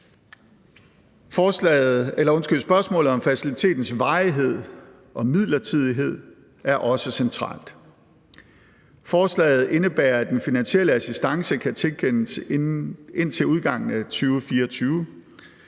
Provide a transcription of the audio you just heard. Spørgsmålet om facilitetens varighed og midlertidighed er også centralt. Forslaget indebærer, at den finansielle assistance kan tilkendes indtil udgangen af 2024.